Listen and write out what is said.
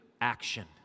action